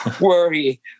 worry